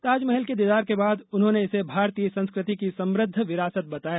ताजमहल के दीदार के बाद उन्होंने इसे भारतीय संस्कृति की समृद्ध विरासत बताया